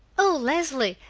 o leslie!